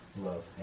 love